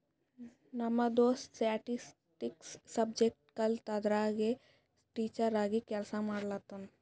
ನಮ್ ದೋಸ್ತ statistics subject ಕಲ್ತು ಅದುರಾಗೆ ಟೀಚರ್ ಆಗಿ ಕೆಲ್ಸಾ ಮಾಡ್ಲತಾನ್